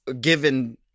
given